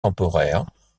temporaires